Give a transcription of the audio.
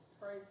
Praise